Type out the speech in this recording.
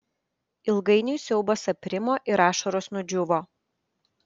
ilgainiui siaubas aprimo ir ašaros nudžiūvo